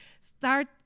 start